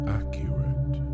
accurate